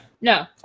No